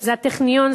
זה הטכניון,